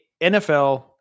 NFL